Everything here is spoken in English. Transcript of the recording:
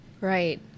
Right